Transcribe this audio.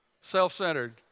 self-centered